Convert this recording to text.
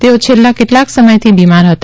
તેઓ છેલ્લાં કેટલાંક સમયથી બીમાર હતા